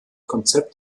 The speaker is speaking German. konzept